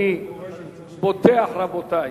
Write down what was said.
אני פותח, רבותי,